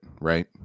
right